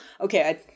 Okay